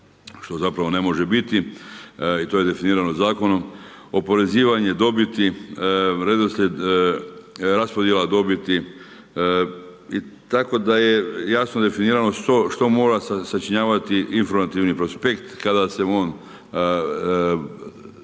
što zapravo ne može biti i to je definirano Zakonom, oporezivanje dobiti, redoslijed, raspodjela dobiti, tako da je jasno definirano što mora sačinjavati informativni prospekt kada se on